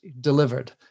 delivered